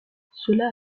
cela